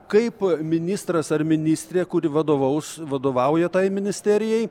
kaip ministras ar ministrė kuri vadovaus vadovauja tai ministerijai